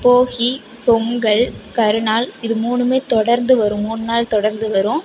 போகி பொங்கல் கருநாள் இது மூணுமே தொடர்ந்து வரும் மூணுநாள் தொடர்ந்து வரும்